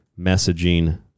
messaging